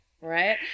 Right